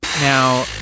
Now